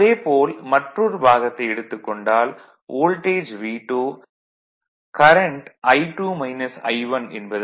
அதே போல் மற்றொரு பாகத்தை எடுத்துக் கொண்டால் வோல்டேஜ் V2 கரண்ட் என்பதால் வி